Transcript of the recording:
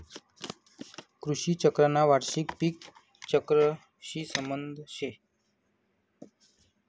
कृषी चक्रना वार्षिक पिक चक्रशी संबंध शे